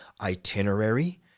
itinerary